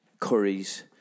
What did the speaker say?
curries